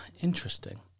Interesting